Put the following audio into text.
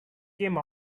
came